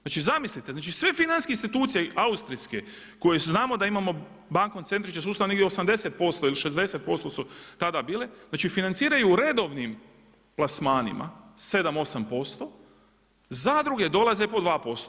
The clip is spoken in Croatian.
Znači zamislite, znači sve financijske institucije, austrijske koje znamo da imamo bankocentrične sustave negdje 80% ili 60% su tada bile, znači financiraju u redovnim plasmanima 7, 8%, zadruge dolaze po 2%